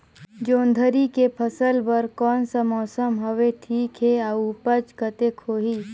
जोंदरी के फसल बर कोन सा मौसम हवे ठीक हे अउर ऊपज कतेक होही?